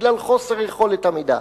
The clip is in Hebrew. בגלל חוסר יכולת עמידה,